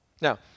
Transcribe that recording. Now